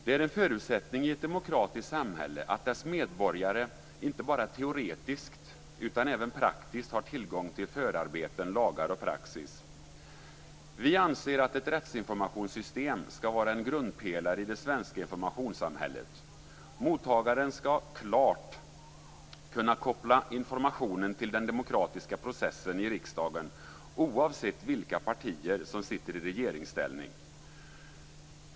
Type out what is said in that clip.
Det är en förutsättning i ett demokratiskt samhälle att dess medborgare inte bara teoretiskt utan även praktiskt har tillgång till förarbeten, lagar och praxis. Vi anser att ett rättsinformationssystem skall vara en grundpelare i det svenska informationssamhället. Mottagaren skall klart kunna koppla informationen till den demokratiska processen i riksdagen oavsett vilka partier som sitter i regeringsställning.